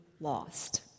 lost